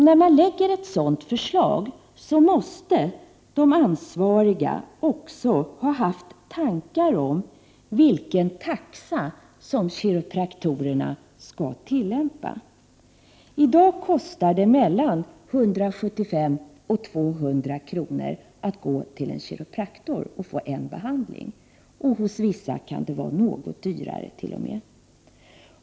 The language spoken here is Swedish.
När man lagt fram ett sådant förslag måste de ansvariga också haft tankar om vilken taxa som kiropraktorerna skall tillämpa. I dag kostar det mellan 175 och 200 kr. för en behandling hos en kiropraktor, hos vissa kan det t.o.m. vara något dyrare.